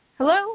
Hello